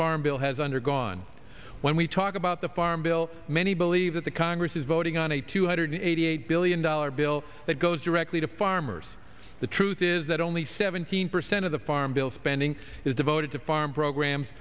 farm bill has undergone when we talk about the farm bill many believe that the congress is voting on a two hundred eighty eight billion dollars bill that goes directly to farmers the truth is that only seventeen percent of the farm bill ending is devoted to farm programs